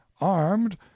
armed